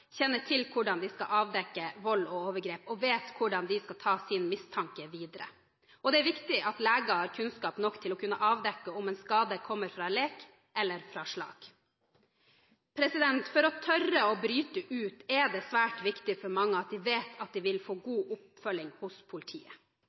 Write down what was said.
kjenner til hvordan de skal avdekke vold og overgrep, og vet hvordan de skal ta sin mistanke videre, og det er viktig at leger har kunnskap nok til å kunne avdekke om en skade kommer fra lek eller fra slag. For å tørre å bryte ut er det svært viktig for mange at de vet at de vil få